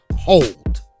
hold